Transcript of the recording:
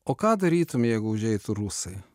o ką darytum jeigu užeitų rusai